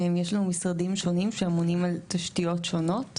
יש לנו משרדים שונים שאמונים על תשתיות שונות.